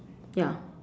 ya